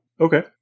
Okay